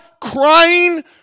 crying